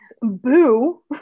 Boo